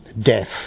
death